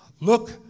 Look